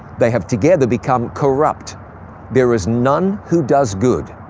they have together become corrupt there is none who does good,